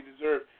deserve